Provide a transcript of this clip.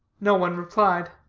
no one replied.